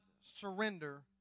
surrender